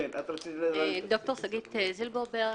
ד"ר שגית זילברברג,